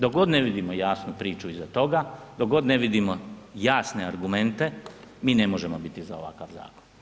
Dok god ne vidimo jasnu priču iza toga, dok god ne vidimo jasne argumente, mi ne možemo biti za ovakav zakon.